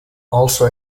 also